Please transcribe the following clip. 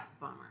Bummer